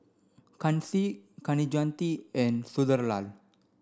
Kanshi Kaneganti and Sunderlal